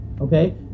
okay